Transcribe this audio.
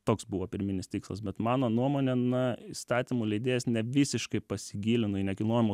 toks buvo pirminis tikslas bet mano nuomone na įstatymų leidėjas nevisiškai pasigilino į nekilnojamo